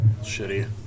shitty